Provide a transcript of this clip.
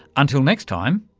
until next time,